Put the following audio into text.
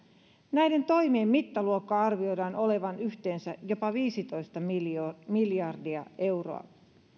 näiden toimien mittaluokan arvioidaan olevan yhteensä jopa viisitoista miljardia miljardia euroa